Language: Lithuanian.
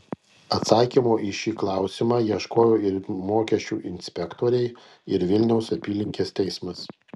atsakymo į šį klausią ieško ir mokesčių inspektoriai ir vilniaus apylinkės teismas